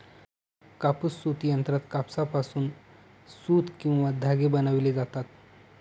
कापूस सूत यंत्रात कापसापासून सूत किंवा धागे बनविले जातात